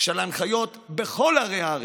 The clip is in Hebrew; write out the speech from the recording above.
של ההנחיות בכל ערי הארץ,